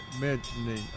mentioning